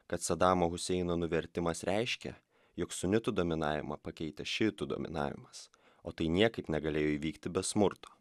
kad sadamo huseino nuvertimas reiškia jog sunitų dominavimą pakeitė šiitų dominavimas o tai niekaip negalėjo įvykti be smurto